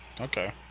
okay